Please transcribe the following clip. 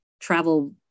travel